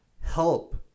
help